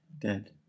dead